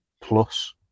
plus